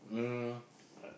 um uh